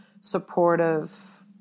supportive